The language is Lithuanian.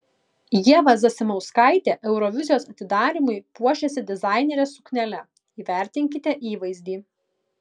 ieva zasimauskaitė eurovizijos atidarymui puošėsi dizainerės suknele įvertinkite įvaizdį